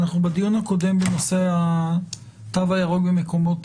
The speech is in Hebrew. בדיון הקודם בנושא התו הירוק במקומות